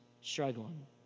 struggling